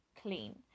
clean